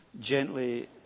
gently